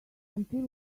until